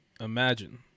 imagine